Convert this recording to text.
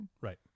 Right